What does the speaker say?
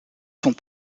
sont